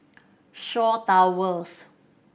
Shaw Towers